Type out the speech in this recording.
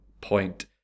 point